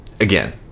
Again